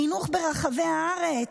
חינוך ברחבי הארץ,